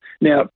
Now